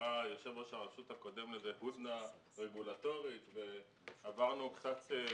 יושב-ראש הרשות הקודם קרא לזה "הודנה רגולטורית" ועברנו קצת